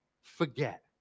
forget